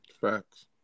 Facts